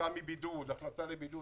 כתוצאה מהכנסה לבידוד